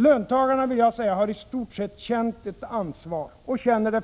Löntagarna har i stort sett känt ett ansvar — och känner det